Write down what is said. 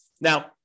Now